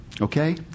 Okay